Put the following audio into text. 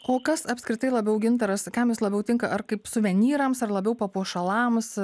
o kas apskritai labiau gintaras kam jis labiau tinka ar kaip suvenyrams ar labiau papuošalams